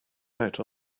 out